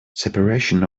separation